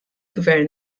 gvern